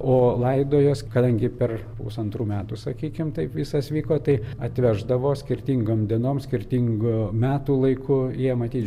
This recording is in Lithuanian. o laidojos kadangi per pusantrų metų sakykim taip viskas vyko tai atveždavo skirtingom dienom skirtingu metų laiku jie matyt